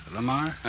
Lamar